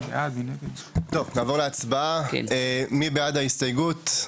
נעבור להצבעה, מי בעד ההסתייגות?